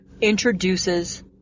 introduces